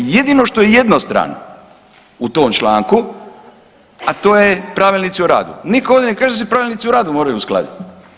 Jedino što je jednostrano u tom članku, a to je pravilnici o radu, niko ovdje ne kaže da se pravilnici o radu moraju uskladiti.